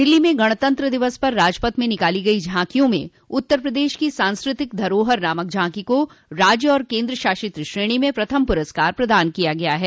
दिल्ली में गणतंत्र दिवस पर राजपथ पर निकाली गई झांकियों में उत्तर प्रदेश की सांस्कृतिक धरोहर नामक झांकी को राज्य और केन्द्र शासित श्रेणी में प्रथम पुरस्कार प्रदान किया गया है